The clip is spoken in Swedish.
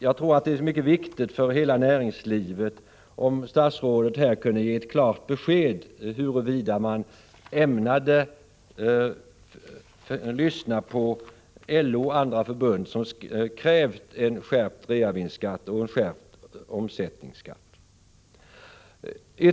Jag tror att det vore mycket viktigt för hela näringslivet om statsrådet här kunde ge ett klart besked i frågan, huruvida man ämnar lyssna på LO och andra förbund som krävt en skärpt reavinstskatt och en skärpt omsättningsskatt.